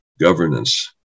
governance